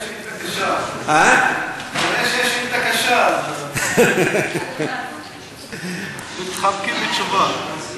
כנראה יש שאילתה קשה, אז מתחמקים מתשובה.